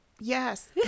Yes